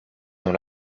dans